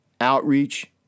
outreach